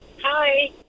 Hi